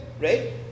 Right